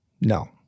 no